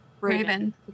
Raven